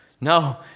No